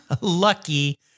Lucky